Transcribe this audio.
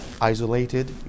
isolated